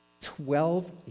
Twelve